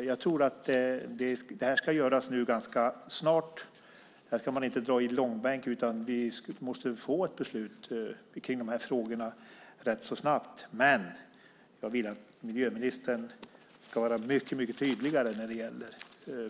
Jag tror att detta ska göras ganska snart och inte dras i långbänk. Vi måste få ett beslut i dessa frågor rätt så snabbt. Men jag vill att miljöministern ska vara mycket tydligare när det gäller